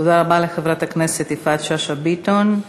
תודה רבה לחברת הכנסת יפעת שאשא ביטון.